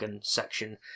section